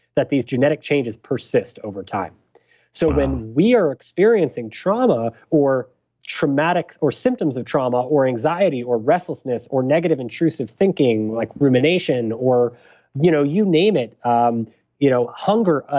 that these genetic changes persist over time so when we are experiencing trauma or traumatic. or symptoms of trauma or anxiety, or restlessness, or negative intrusive thinking like rumination, or you know you name it. um you know hunger, ah